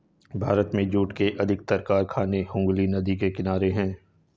भारत में जूट के अधिकतर कारखाने हुगली नदी के किनारे हैं